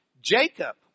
Jacob